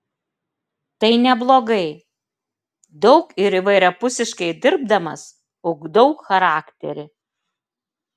tai neblogai daug ir įvairiapusiškai dirbdamas ugdau charakterį